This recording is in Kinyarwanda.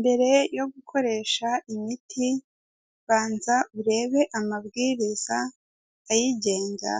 Mbere yo gukoresha imiti, banza urebe amabwiriza ayigenga